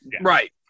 Right